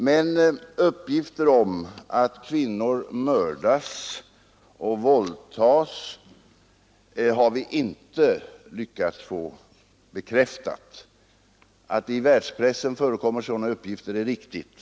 Men uppgifter om att kvinnor mördas och våldtas har vi inte kunnat få bekräftade. Att det i världspressen förekommer sådana uppgifter är riktigt.